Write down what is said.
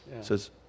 says